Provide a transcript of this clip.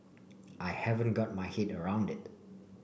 I haven't got my head around it